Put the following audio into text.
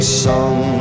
song